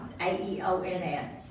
A-E-O-N-S